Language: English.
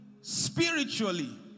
spiritually